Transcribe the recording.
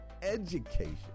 education